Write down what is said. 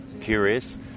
curious